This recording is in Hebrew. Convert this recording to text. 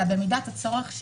אלא שבמידת הצורך,